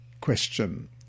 Question